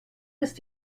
ist